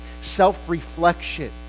self-reflection